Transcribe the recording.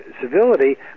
civility